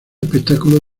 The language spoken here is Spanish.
espectáculo